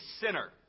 sinner